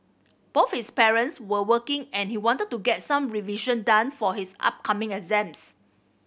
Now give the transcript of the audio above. both his parents were working and he wanted to get some revision done for his upcoming exams